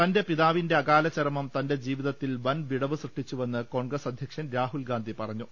തന്റെ പിതാവിന്റെ അകാലചരമം തന്റെ ജീവിതത്തിൽ വൻ വിടവ് സൃഷ്ടിച്ചുവെന്ന് കോൺഗ്രസ് അധ്യക്ഷൻ രാഹുൽ ഗാന്ധി പറഞ്ഞു